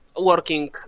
working